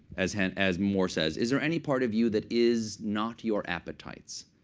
as and as more says, is there any part of you that is not your appetites?